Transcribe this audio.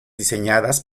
diseñadas